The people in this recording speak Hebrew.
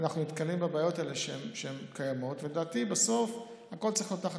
הם בעצם המקרים, בסופו של דבר, יימצא פתרון.